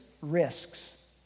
risks